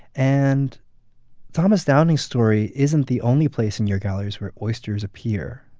and thomas downing's story isn't the only place in your galleries where oysters appear.